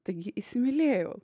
taigi įsimylėjau